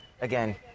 again